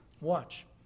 Watch